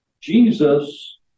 Jesus